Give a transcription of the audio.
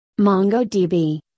MongoDB